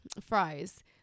fries